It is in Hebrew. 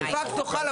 דה-פקטו הוא חל,